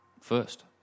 First